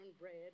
bread